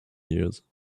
years